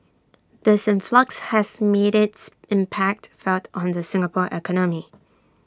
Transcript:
this influx has made its impact felt on the Singapore economy